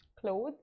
clothes